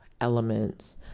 elements